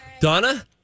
donna